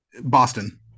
Boston